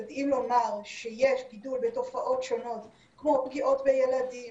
יודעים לומר שיש גידול בתופעות שונות כמו פגיעות בילדים